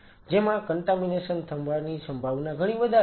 જેમાં કન્ટામીનેશન થવાની સંભાવના ઘણી વધારે છે